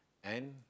and